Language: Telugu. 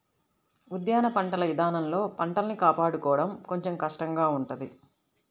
ఉద్యాన పంటల ఇదానంలో పంటల్ని కాపాడుకోడం కొంచెం కష్టంగా ఉంటది